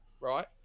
right